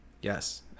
Yes